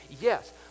yes